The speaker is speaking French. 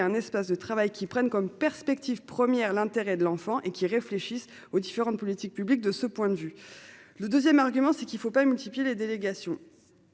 espace de travail qui prennent comme perspective première l'intérêt de l'enfant et qui réfléchissent aux différentes politiques publiques de ce point de vue. Le 2ème argument c'est qu'il ne faut pas multiplier les délégations.